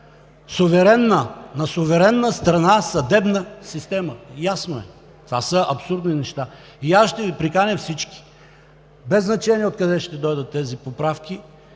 на суверенна страна?! Ясно е – това са абсурдни неща. Но ще Ви приканя всички, без значение откъде ще дойдат тези поправки.